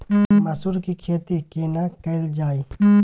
मसूर के खेती केना कैल जाय?